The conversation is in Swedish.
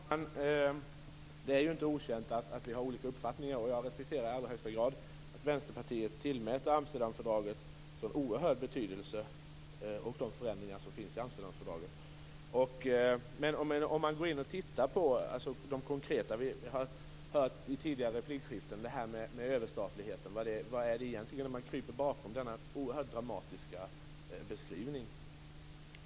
Fru talman! Det är inte okänt att vi har olika uppfattningar. Jag respekterar i allra högsta grad att Vänsterpartiet tillmäter Amsterdamfördraget och de förändringar som finns i Amsterdamfördraget en oerhörd betydelse. Vi har i tidigare replikskiften hört om överstatligheten. Det frågas: Vad är det egentligen man kryper bakom? Det är en oerhört dramatisk beskrivning.